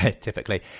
typically